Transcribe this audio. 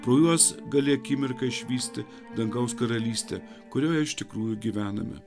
pro juos gali akimirką išvysti dangaus karalystę kurioje iš tikrųjų gyvename